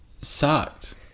sucked